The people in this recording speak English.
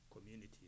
community